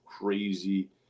crazy